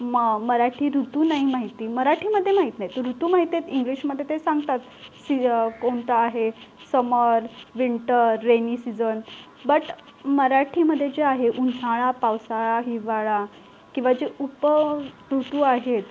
म मराठी ऋतू नाही माहिती मराठीमध्ये माहीत नाहीत ऋतू माहिती आहेत इंग्लिशमध्ये ते सांगतात सी कोणता आहे summer winter rainy season but मराठीमध्ये जे आहे उन्हाळा पावसाळा हिवाळा किंवा जे उप ऋतू आहेत